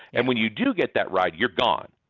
and when you do get that right, you're gone.